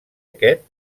aquest